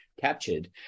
captured